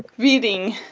reading,